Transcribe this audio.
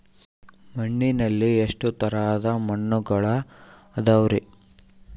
ಮಣ್ಣಿನಲ್ಲಿ ಎಷ್ಟು ತರದ ಮಣ್ಣುಗಳ ಅದವರಿ?